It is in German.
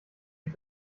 ich